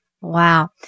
Wow